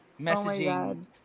messaging